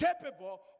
capable